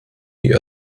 die